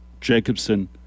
Jacobson